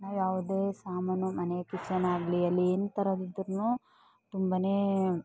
ನಾವು ಯಾವುದೇ ಸಾಮಾನು ಮನೆ ಕಿಚನಾಗಲಿ ಅಲ್ಲಿ ಎಂತರದ್ದು ಇದ್ದರೂನು ತುಂಬನೇ